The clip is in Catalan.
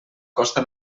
costa